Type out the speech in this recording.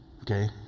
okay